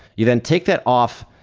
you then take that off,